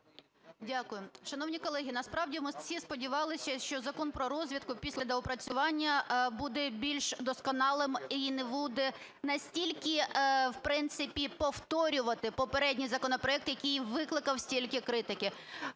Дякую. Шановні колеги, насправді ми всі сподівалися, що Закон про розвідку після доопрацювання буде більш досконалим і не буде настільки в принципі повторювати попередній законопроект, який викликав стільки критики.